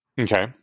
Okay